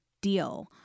deal